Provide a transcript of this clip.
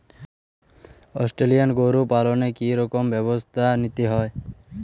Australian গরু পালনে কি রকম ব্যবস্থা নিতে হয়?